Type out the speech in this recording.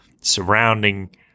surrounding